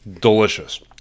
Delicious